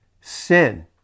sin